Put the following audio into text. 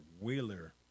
Wheeler